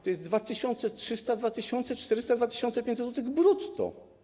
To jest 2300 zł, 2400 zł, 2500 zł brutto.